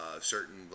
certain